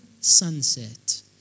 sunset